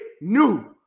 new